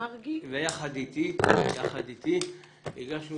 ואני הגשנו